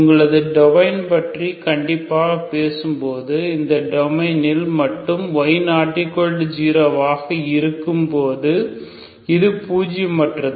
உங்களது டொமைன் பற்றி கண்டிப்பாக பேசும்போது இந்த டொமைன் இல் மட்டும் y≠0 ஆக இருக்கும்போது இது பூஜ்ய மற்றது